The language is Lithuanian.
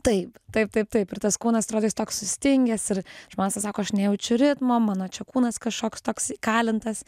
taip taip taip taip ir tas kūnas atrodo jis toks sustingęs ir žmonės va sako aš nejaučiu ritmo mano čia kūnas kažkoks toks įkalintas